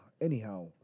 anyhow